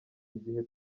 igihe